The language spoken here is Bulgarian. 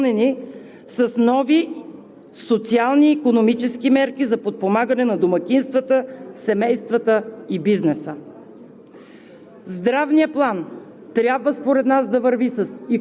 то те да бъдат съчетани в комплект, допълнени с нови социални и икономически мерки за подпомагане на домакинствата, семействата и бизнеса.